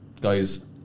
guys